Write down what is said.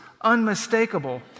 unmistakable